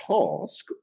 task